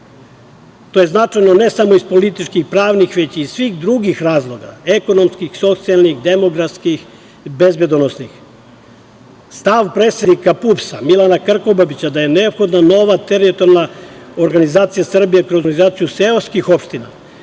To je značajno ne samo iz političkih, pravnih, već i iz svih drugih razloga, ekonomskih, socijalnih, demografskih, bezbedonosnih. Stav predsednika PUPS Milana Krkobabića da je neophodna nova teritorijalna organizacija Srbije kroz organizaciju seoskih opština,